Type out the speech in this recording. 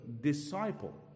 Disciple